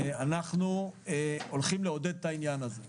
אנחנו הולכים לעודד את זה.